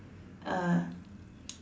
uh